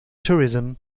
tourism